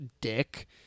dick